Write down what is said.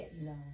No